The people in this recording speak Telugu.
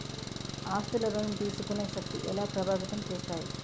ఆస్తుల ఋణం తీసుకునే శక్తి ఎలా ప్రభావితం చేస్తాయి?